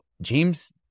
James